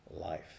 life